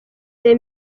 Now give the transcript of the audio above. the